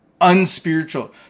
unspiritual